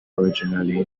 originally